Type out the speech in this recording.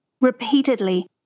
Repeatedly